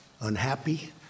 unhappy